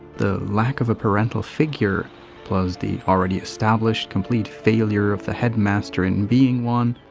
the lack of a parental figure plus the already established complete failure of the headmaster in being one,